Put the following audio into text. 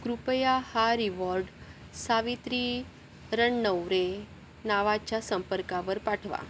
कृपया हा रिवॉर्ड सावित्री रणनवरे नावाच्या संपर्कावर पाठवा